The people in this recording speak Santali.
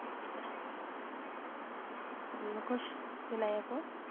ᱢᱩᱠᱷᱳᱥ ᱵᱮᱱᱟᱭᱟᱠᱚ